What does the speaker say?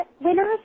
winners